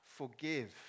Forgive